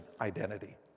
identity